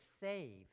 saved